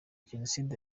jenoside